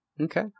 Okay